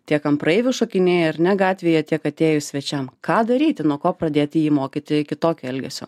tiek ant praeivių šokinėja ar ne gatvėje tiek atėjus svečiam ką daryti nuo ko pradėti jį mokyti kitokio elgesio